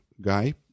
guy